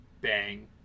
bang